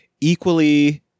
equally